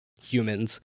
humans